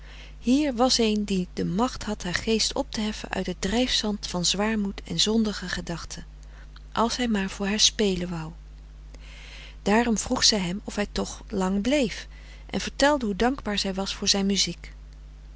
hier was een die de macht had haar geest op te heffen uit het drijfzand van zwaarmoed en zondige gedachten als hij maar voor haar spelen wou daarom vroeg zij hem of hij toch lang bleef en vertelde hoe dankbaar zij was voor zijn muziek